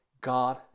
God